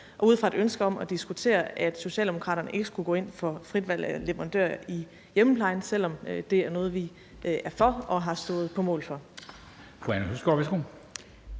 ud fra et ønske om at diskutere, at Socialdemokraterne ikke skulle gå ind for frit valg af leverandører i hjemmeplejen, selv om det er noget, vi er for og har stået på mål for.